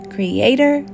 Creator